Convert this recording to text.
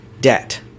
debt